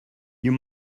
you